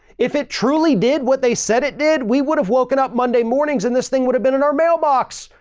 if it truly did what they said it did, we would have woken up monday mornings and this thing would have been in our mailbox.